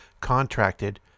contracted